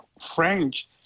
French